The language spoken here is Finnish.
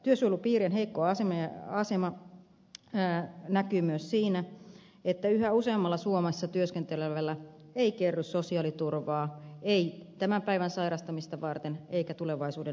työsuojelupiirien heikko asema näkyy myös siinä että yhä useammalle suomessa työskentelevälle ei kerry sosiaaliturvaa ei tämän päivän sairastamista varten eikä tulevaisuuden eläkettä varten